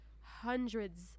hundreds